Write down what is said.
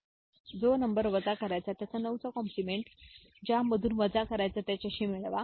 जो नंबर वजा करायचा त्याचा 9 चा कॉम्प्लिमेंट ज्या मधून वजा करायचा त्याच्याशी मिळवा